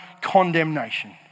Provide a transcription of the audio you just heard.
condemnation